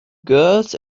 girls